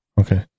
Okay